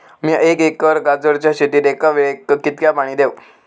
मीया एक एकर गाजराच्या शेतीक एका वेळेक कितक्या पाणी देव?